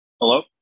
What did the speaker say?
Hello